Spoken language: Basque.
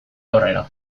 aurrera